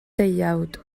deuawd